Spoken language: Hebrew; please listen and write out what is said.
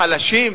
לחלשים,